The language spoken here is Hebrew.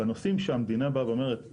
בנושאים שהמדינה באה ואומרת,